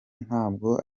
ntabwo